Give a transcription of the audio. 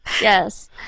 Yes